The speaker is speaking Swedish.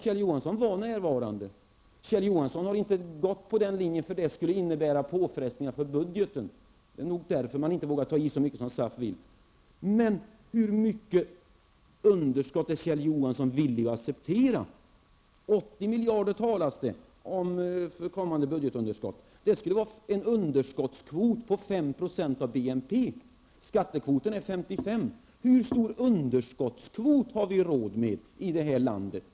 Kjell Johansson var närvarande, men han har inte gått på den linjen, för det skulle innebära påfrestningar på budgeten. Det är nog därför man inte vågar ta i så mycket som SAF vill. Hur stort underskott är Kjell Johansson villig att acceptera? 80 miljarder talas det om som kommande budgetunderskott. Det skulle innebära en underskottskvot på 5 % av BNP. Skattekvoten är 55 %. Hur stor underskottskvot har vi råd med i det här landet?